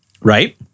Right